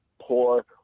poor